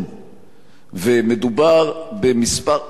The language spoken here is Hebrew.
ומדובר במספר עצום של בתים.